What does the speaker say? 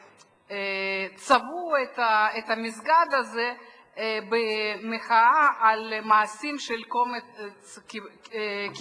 וצבעו אותו במחאה על מעשים של קומץ קיצונים,